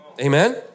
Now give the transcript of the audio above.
amen